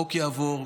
החוק יעבור.